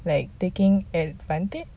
like taking advantage